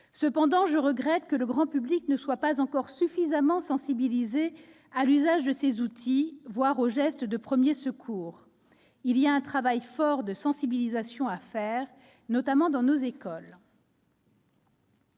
Cependant, je regrette que le grand public ne soit pas encore suffisamment sensibilisé à l'usage de ces outils, voire aux gestes de premiers secours. Il y a un travail fort de sensibilisation à faire, notamment dans nos écoles.